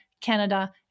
Canada